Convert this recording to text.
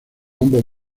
ambos